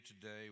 today